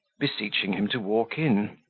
beseeching him to walk in.